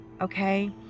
okay